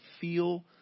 feel